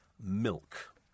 milk